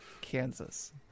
Kansas